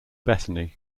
bethany